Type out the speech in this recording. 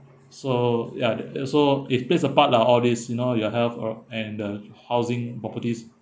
so ya uh so it plays a part lah all this you know your health or and the housing properties